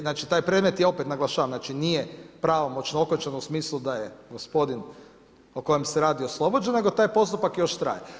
Znači, taj predmet je opet naglašavam, nije pravomoćno okončan u smislu da je gospodin o kojem se radi oslobođen, nego taj postupak još traje.